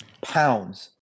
Pounds